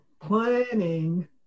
planning